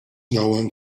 known